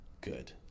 good